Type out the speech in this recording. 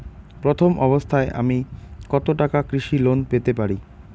প্রথম অবস্থায় আমি কত টাকা কৃষি লোন পেতে পারি?